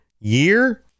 year